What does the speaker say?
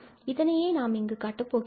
இதையே நாம் இங்கு காட்டப் போகிறோம்